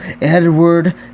Edward